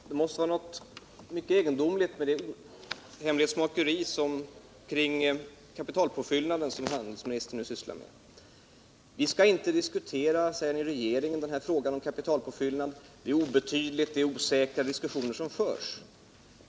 Herr talman! Det måste vara något mycket egendomligt med det hemlighetsmakeri kring en kapitalpåfyllnad som handelsministern nu sysslar med. Han säger: Vi skall inte diskutera den här frågan om en kapitalpåfyllnad i regeringen. Det är något obetydligt, och det är osäkra diskussioner som förs.